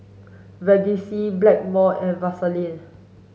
Vagisil Blackmore and Vaselin